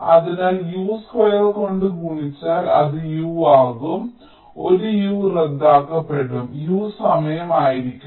അതിനാൽ U2 കൊണ്ട് ഗുണിച്ചാൽ അത് U ആകും ഒരു U റദ്ദാക്കപ്പെടും U സമയമായിരിക്കും